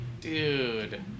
dude